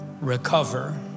recover